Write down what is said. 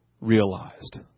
realized